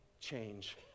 change